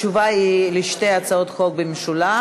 התשובה היא על שתי הצעות החוק במשולב,